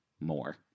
more